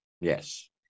Yes